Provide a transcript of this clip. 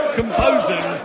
composing